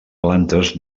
plantes